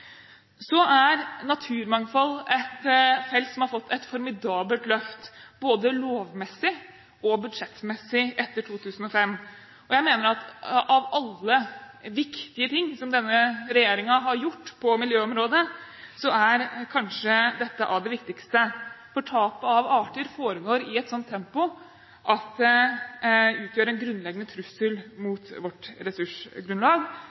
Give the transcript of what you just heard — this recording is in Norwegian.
Så er naturmangfold et felt som har fått et formidabelt løft både lovmessig og budsjettmessig etter 2005. Jeg mener at av alle viktige ting som denne regjeringen har gjort på miljøområdet, er kanskje dette av det viktigste, for tapet av arter foregår i et sånt tempo at det utgjør en grunnleggende trussel mot vårt ressursgrunnlag.